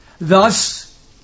Thus